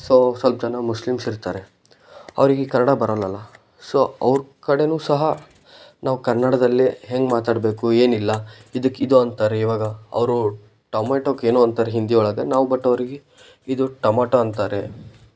so ಸ್ವಲ್ಪ ಜನ Muslims ಇರ್ತಾರೆ ಅವ್ರಿಗೆ ಕನ್ನಡ ಬರಲ್ಲಲ್ಲಾ ಸೊ ಅವ್ರ ಕಡೆಯೂ ಸಹ ನಾವು ಕನ್ನಡದಲ್ಲೇ ಹೇಗ್ ಮಾತಾಡಬೇಕು ಏನಿಲ್ಲ ಇದಕ್ಕೆ ಇದು ಅಂತಾರೆ ಇವಾಗ ಅವರು ಟೊಮಾಟಕ್ಕೇನೋ ಅಂತಾರೆ ಹಿಂದಿಯೊಳಗೆ ನಾವು ಬಟ್ ಅವ್ರಿಗೆ ಇದು ಟೊಮಾಟೊ ಅಂತಾರೆ